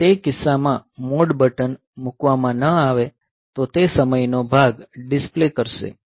જો તે કિસ્સામાં મોડ બટન મૂકવામાં ન આવે તો તે સમયનો ભાગ ડીસ્પ્લે કરશે